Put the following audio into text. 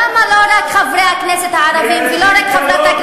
ואת הדרגה המכובדת הזאת,